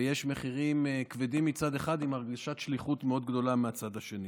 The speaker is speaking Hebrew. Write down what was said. ויש מחירים כבדים מצד אחד עם הרגשת שליחות מאוד גדולה מהצד השני.